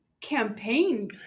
campaign